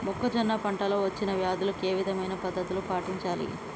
మొక్కజొన్న పంట లో వచ్చిన వ్యాధులకి ఏ విధమైన పద్ధతులు పాటించాలి?